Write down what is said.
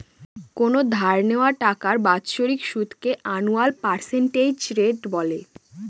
কোনো ধার নেওয়া টাকার বাৎসরিক সুদকে আনুয়াল পার্সেন্টেজ রেট বলে